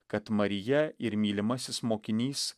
kad marija ir mylimasis mokinys